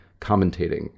commentating